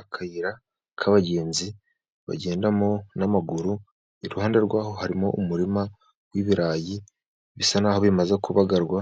Akayira k'abagenzi bagendamo n'amaguru iruhande rwaho harimo umurima w'ibirayi bisa naho bimaze kubagarwa.